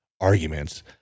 arguments